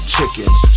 Chickens